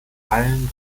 allen